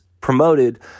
promoted –